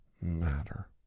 matter